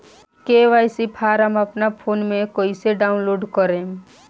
KYC form अपना phone मे कइसे डाऊनलोड करेम?